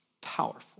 powerful